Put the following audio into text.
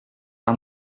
aan